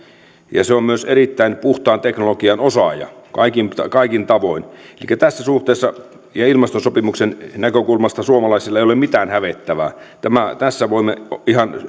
ja se on myös erittäin puhtaan teknologian osaaja kaikin tavoin elikkä tässä suhteessa ja ilmastosopimuksen näkökulmasta suomalaisilla ei ole mitään hävettävää tässä voimme ihan